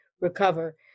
recover